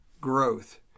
growth